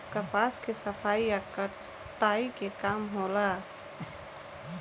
कपास के सफाई आ कताई के काम होला